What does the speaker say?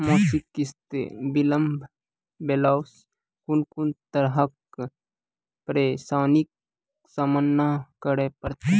मासिक किस्त बिलम्ब भेलासॅ कून कून तरहक परेशानीक सामना करे परतै?